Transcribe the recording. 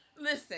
Listen